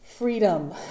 freedom